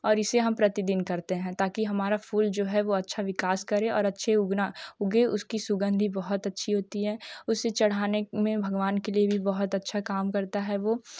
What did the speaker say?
और इसे हम प्रतिदिन करते हैं ताकि हमारा फूल जो है वह अच्छा विकास करें और अच्छे उगना उगे उसकी सुगंध बहुत अच्छी होती है उसे चढ़ाने में भगवान के लिए भी बहुत अच्छा काम करता है वह